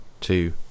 two